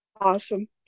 Awesome